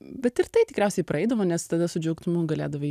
bet ir tai tikriausiai praeidavo nes tada su džiaugsmu galėdavai